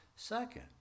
Second